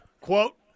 Quote